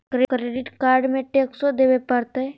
Credit card में टेक्सो देवे परते?